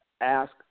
Ask